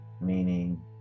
meaning